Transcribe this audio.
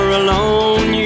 alone